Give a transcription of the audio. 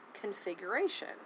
configuration